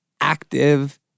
active